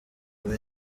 babe